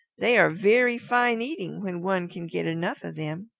they are very fine eating when one can get enough of them.